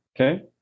Okay